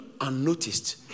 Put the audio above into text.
unnoticed